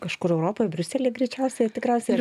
kažkur europoj briuselyj greičiausiai tikriausiai